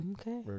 Okay